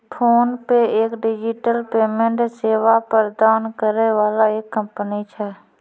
PhonePe एक digital payment सेवा प्रदान करै वाला एक कंपनी छै